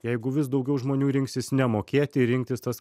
jeigu vis daugiau žmonių rinksis nemokėti ir rinktis tas